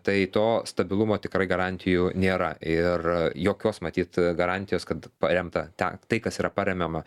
tai to stabilumo tikrai garantijų nėra ir jokios matyt garantijos kad paremta te tai kas yra paremiama